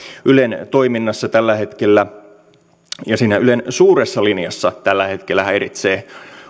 ylen toiminnassa ja siinä ylen suuressa linjassa tällä hetkellä häiritsee